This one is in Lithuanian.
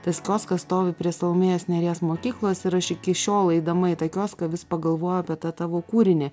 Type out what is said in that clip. tas kioskas stovi prie salomėjos nėries mokyklos ir aš iki šiol eidama į tą kioską vis pagalvoju apie tą tavo kūrinį